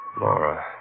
Laura